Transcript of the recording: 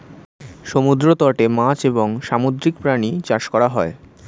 সমুদ্র তটে মাছ এবং সামুদ্রিক প্রাণী চাষ করা হয়